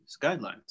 guidelines